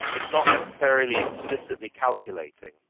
it's not necessarily explicitly calculating,